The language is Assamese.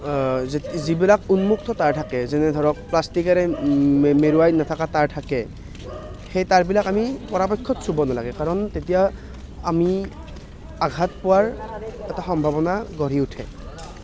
যিবিলাক উন্মুক্ত তাঁৰ থাকে যেনে ধৰক প্লাষ্টিকেৰে মেৰুৱাই নথকা তাঁৰ থাকে সেই তাঁৰবিলাক আমি পৰাপক্ষত চুব নালাগে কাৰণ তেতিয়া আমি আঘাত পোৱাৰ এটা সম্ভাৱনা গঢ়ি উঠে